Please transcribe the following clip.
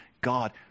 God